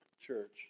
church